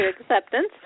acceptance